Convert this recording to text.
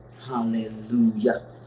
Hallelujah